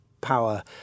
power